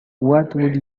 would